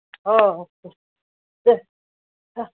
ହଁ ଯେ ହଁ